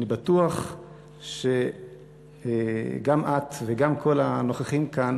אני בטוח שגם את וגם כל הנוכחים כאן